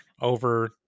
over